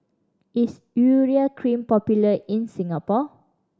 is Urea Cream popular in Singapore